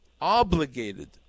obligated